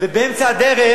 ובאמצע הדרך,